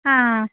ಹಾಂ